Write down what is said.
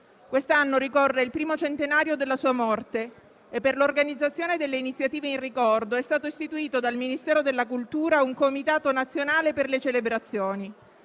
Quest'anno ricorre il primo centenario della sua morte e per l'organizzazione delle iniziative in ricordo è stato istituito dal Ministero della cultura un comitato nazionale per le celebrazioni.